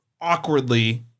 awkwardly